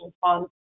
fund